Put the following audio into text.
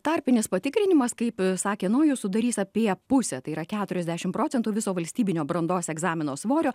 tarpinis patikrinimas kaip sakė nojus sudarys apie pusę tai yra keturiasdešim procentų viso valstybinio brandos egzamino svorio